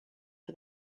for